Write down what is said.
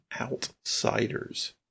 outsiders